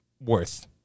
worth